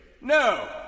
No